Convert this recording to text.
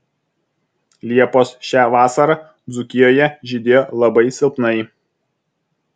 liepos šią vasarą dzūkijoje žydėjo labai silpnai